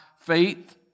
faith